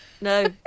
No